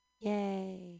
Yay